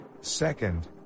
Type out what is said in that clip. Second